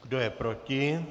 Kdo je proti?